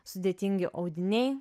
sudėtingi audiniai